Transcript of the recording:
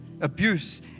Abuse